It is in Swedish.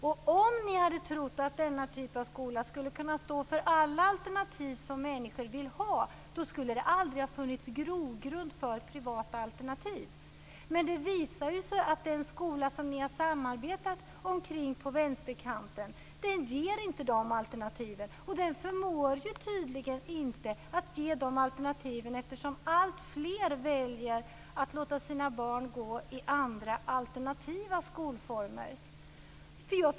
Och om ni hade trott att denna typ av skola skulle kunna stå för alla alternativ som människor vill ha, skulle det aldrig ha funnits grogrund för privata alternativ. Men det visar sig ju att den skola som ni på vänsterkanten har samarbetat kring inte ger de alternativen. Den förmår tydligen inte ge de alternativen, eftersom alltfler väljer att låta sina barn gå i andra, alternativa skolformer.